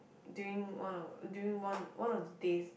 during one of during one one of the days